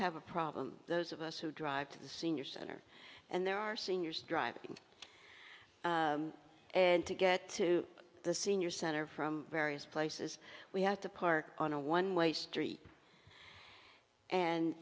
have a problem those of us who drive to the senior center and there are seniors driving and to get to the senior center from various places we have to park on a one way street and